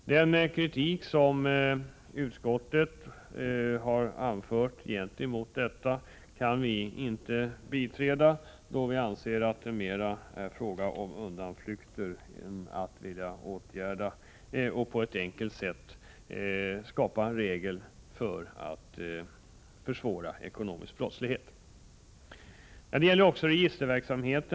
Den kritik som utskottet anfört mot detta kan vi inte ansluta oss till, då vi anser att det mera är fråga om undanflykter än om vilja att på ett enkelt sätt skapa regler för att försvåra ekonomisk brottslighet. Den andra punkten gäller frågan om registreringsverksamhet.